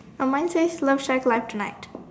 uh mine says love shack live tonight